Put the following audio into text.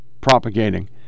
propagating